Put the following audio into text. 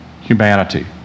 humanity